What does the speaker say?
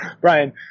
brian